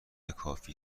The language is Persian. کافی